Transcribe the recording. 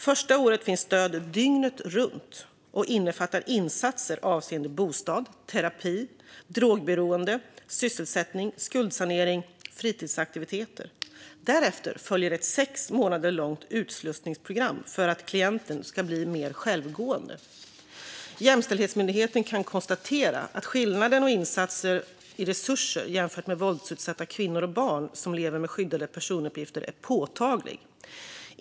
Första året finns stöd dygnet runt och innefattar insatser avseende bostad, terapi, drogberoende, sysselsättning, skuldsanering och fritidssysselsättning. Därefter följer ett sex månader långt utslussningsprogram för att klienten ska bli mer självgående. Jämställdhetsmyndigheten kan konstatera att skillnaden i insatser och resurser jämfört med våldsutsatta kvinnor och barn som lever med skyddade personuppgifter är påtaglig.